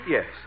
Yes